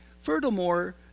furthermore